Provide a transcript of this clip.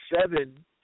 seven